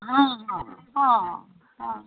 ਹਾਂ ਹਾਂ ਹਾਂ ਹਾਂ